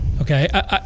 Okay